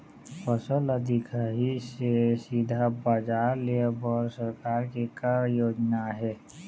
फसल ला दिखाही से सीधा बजार लेय बर सरकार के का योजना आहे?